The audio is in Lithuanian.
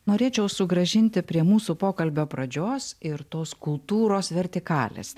norėčiau sugrąžinti prie mūsų pokalbio pradžios ir tos kultūros vertikalės